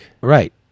right